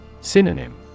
Synonym